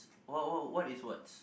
what what what is what's